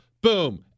Boom